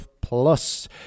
Plus